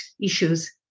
issues